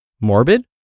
Morbid